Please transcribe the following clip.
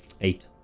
Eight